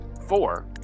four